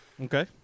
Okay